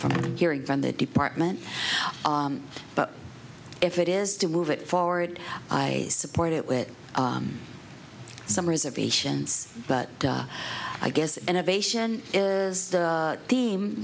from hearing from the department but if it is to move it forward i support it with some reservations but i guess innovation is the theme